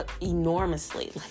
enormously